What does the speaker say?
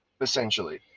essentially